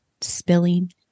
spilling